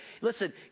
Listen